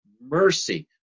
Mercy